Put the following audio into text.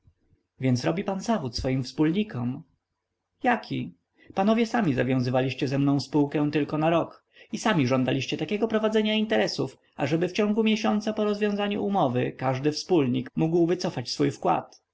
więc robi pan zawód swoim wspólnikom jaki panowie sami zawiązaliście ze mną spółkę tylko na rok i sami żądaliście takiego prowadzenia interesów ażeby w ciągu miesiąca po rozwiązaniu umowy każdy wspólnik mógł wycofać swój wkład